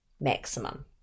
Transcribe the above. maximum